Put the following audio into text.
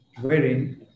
wherein